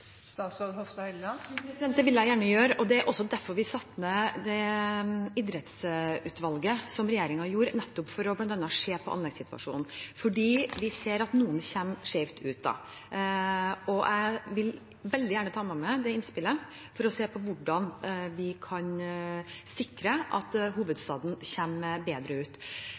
Det vil jeg gjerne gjøre. Det er derfor vi satte ned idrettsutvalget som regjeringen gjorde, nettopp for bl.a. å se på anleggssituasjonen, fordi vi ser at noen kommer skjevt ut. Jeg vil veldig gjerne ta med meg det innspillet for å se på hvordan vi kan sikre at hovedstaden kommer bedre ut.